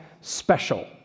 special